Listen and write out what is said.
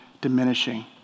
diminishing